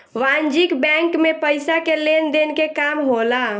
वाणिज्यक बैंक मे पइसा के लेन देन के काम होला